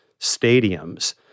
stadiums